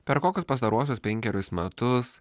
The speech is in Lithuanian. per kokius pastaruosius penkerius metus